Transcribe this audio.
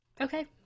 Okay